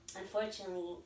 Unfortunately